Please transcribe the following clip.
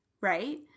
right